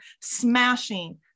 smashing